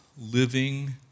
living